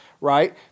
right